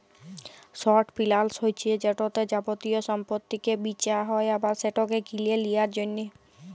short ফিলালস হছে যেটতে যাবতীয় সম্পত্তিকে বিঁচা হ্যয় আবার সেটকে কিলে লিঁয়ার জ্যনহে